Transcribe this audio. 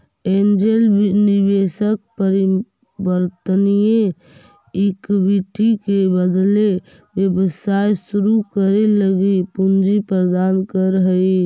angel निवेशक परिवर्तनीय equity के बदले व्यवसाय शुरू करे लगी पूंजी प्रदान करऽ हइ